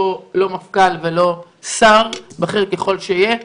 לא מפכ"ל ולא שר בכיר ככל שיהיה,